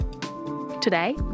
Today